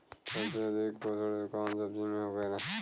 सबसे अधिक पोषण कवन सब्जी में होखेला?